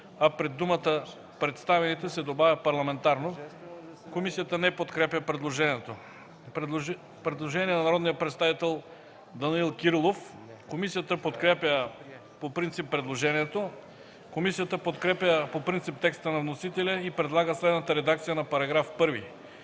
а пред думата „представените” се добавя „парламентарно”. Комисията не подкрепя предложението. Предложение на народния представител Данаил Кирилов. Комисията подкрепя по принцип предложението. Комисията подкрепя по принцип текста на вносителя и предлага следната редакция на § 1: „§ 1.